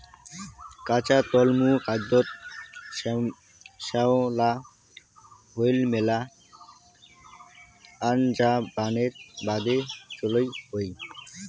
কাঁচা তলমু দ্যাখ্যাত শ্যামলা হই মেলা আনজা বানের বাদে চইল হই